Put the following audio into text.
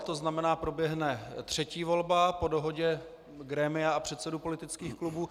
To znamená, proběhne třetí volba po dohodě grémia a předsedů politických klubů.